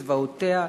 זוועותיה,